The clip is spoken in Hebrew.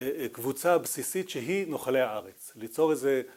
קבוצה הבסיסית שהיא נוחלי הארץ ליצור איזה